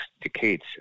decades